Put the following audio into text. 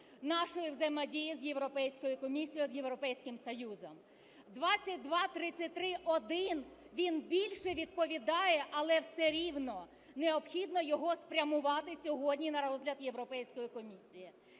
нашої взаємодії з Європейською комісією, з Європейським Союзом. 2233-1, він більше відповідає, але все рівно необхідно його спрямувати сьогодні на розгляд Європейської комісії.